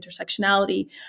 intersectionality